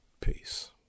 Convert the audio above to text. Peace